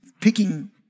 picking